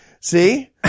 See